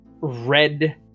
red